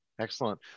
Excellent